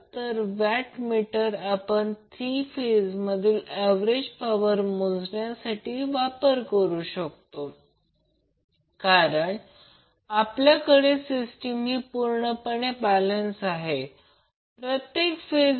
तर VCN आणि Ic मधील अँगल आहे कारण करंट Ic प्रत्यक्षात यापासून लॅगिंग आहे कारण ते बॅलन्सड आहे असे समजु